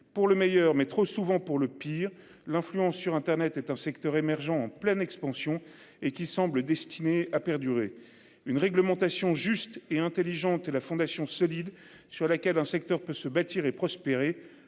Pour le meilleur mais trop souvent pour le pire, l'influence sur Internet est un secteur en pleine expansion et qui semble destiné à perdurer une réglementation juste et intelligente et la fondation solide sur laquelle un secteur peut se bâtir et prospérer.